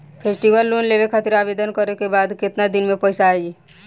Festival loan लेवे खातिर आवेदन करे क बाद केतना दिन म पइसा आई?